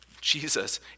Jesus